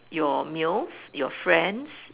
your meals your friends